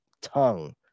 tongue